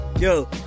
Yo